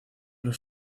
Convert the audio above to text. los